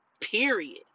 period